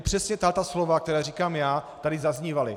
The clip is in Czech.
Přesně tato slova, která říkám já, tady zaznívala.